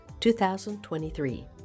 2023